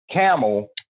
camel